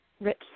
rich